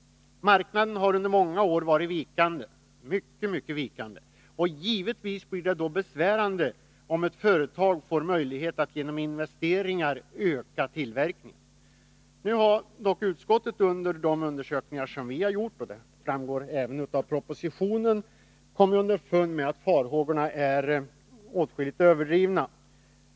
Marknaden har under många år varit mycket vikande, och givetvis blir det då besvärande om ett företag får möjlighet att genom investeringar öka tillverkningen. Nu har dock utskottets undersökningar gett vid handen — och det framgår även av propositionen — att farhågorna är överdrivna.